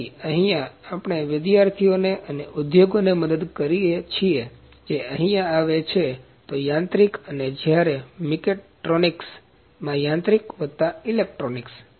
તેથી અહીંયા આપને વિદ્યાર્થીઓને અને ઉદ્યોગોને મદદ કરીએ છીએ જે અહીંયા આવે છે તો યાંત્રિક અને જ્યારે મેકાટ્રોનિક્સમાં યાંત્રિક વત્તા ઇલેક્ટ્રોનિક્સ